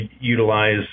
utilize